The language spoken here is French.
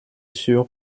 sur